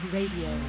Radio